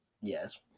Yes